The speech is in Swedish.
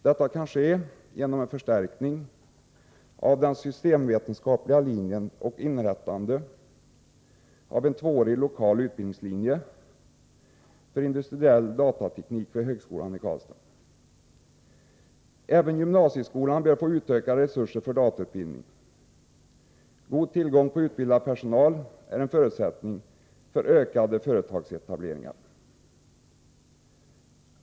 Detta kan ske genom en förstärkning av den systemvetenskapliga linjen och inrättande av en tvåårig lokal utbildningslinje för industriell datateknik vid högskolan i Karlstad. Även gymnaseiskolan bör få utökade resurser för datautbildning. God tillgång på utbildad personal är en förutsättning för ökade företagsetableringar.